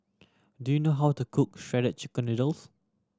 do you know how to cook Shredded Chicken Noodles